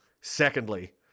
Secondly